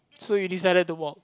so you decided to walk